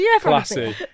classy